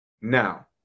Now